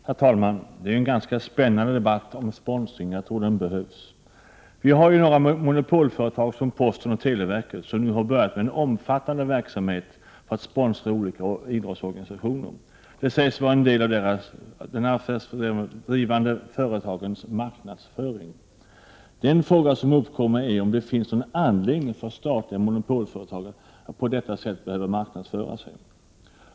Herr talman! Detta är en ganska spännande debatt om sponsring, och jag tror att den behövs. Vi har i Sverige några monopolföretag, bl.a. posten och televerket, som nu har börjat bedriva en omfattande verksamhet med att sponsra olika idrottsorganisationer. Detta sägs vara en del av dessa affärsdrivande företags marknadsföring. Den fråga som uppkommer är om ett statligt monopolföretag behöver marknadsföra sig på detta sätt.